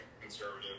conservative